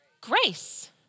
Grace